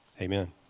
Amen